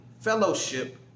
fellowship